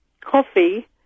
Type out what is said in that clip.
coffee